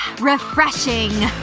refreshing!